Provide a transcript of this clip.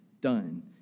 done